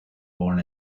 born